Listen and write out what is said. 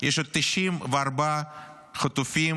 94 חטופים